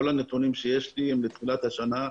כל הנתונים שיש לי מתחילת השנה,